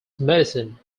medicine